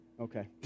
Okay